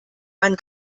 man